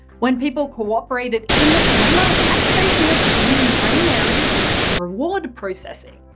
when people cooperated in the dilemma, activation was seen in brain areas linked to reward processing.